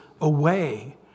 away